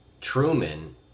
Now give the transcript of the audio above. Truman